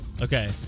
Okay